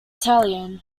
italian